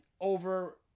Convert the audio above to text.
over